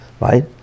right